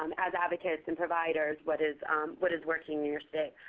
um as advocates and providers, what is what is working in your state.